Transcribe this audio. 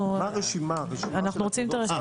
אנחנו רוצים את הרשימה.